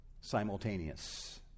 simultaneous